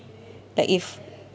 like if